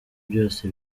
byose